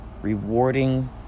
Rewarding